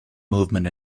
movement